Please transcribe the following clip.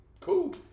cool